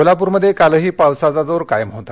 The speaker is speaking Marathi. कोल्हापूरमध्ये कालही पावसाचा जोर कायम होता